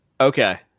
Okay